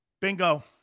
bingo